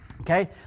okay